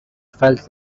felt